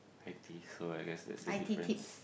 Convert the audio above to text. I think so I guess that's the difference